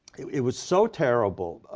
it was so terrible.